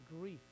grief